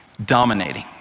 dominating